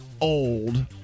old